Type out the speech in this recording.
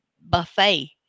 buffet